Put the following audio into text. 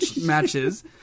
matches